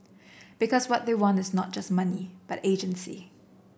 because what they want is not just money but agency